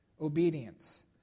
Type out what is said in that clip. obedience